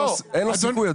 אין לו סיכוי,